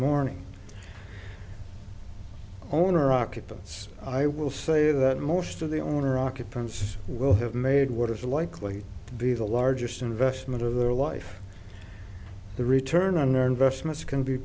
morning owner occupants i will say that most of the owner occupants will have made what is likely to be the largest investment of their life the return on their investments can be